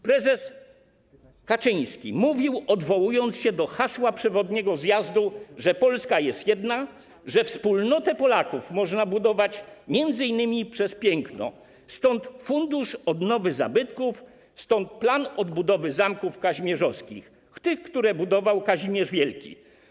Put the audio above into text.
Prezes Kaczyński mówił, odwołując się do hasła przewodniego zjazdu, że Polska jest jedna, iż wspólnotę Polaków można budować m.in. przez piękno, stąd fundusz odnowy zabytków, stąd plan odbudowy zamków kazimierzowskich - tych, które budował Kazimierz Wielki.